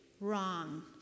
Wrong